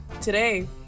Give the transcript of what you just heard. today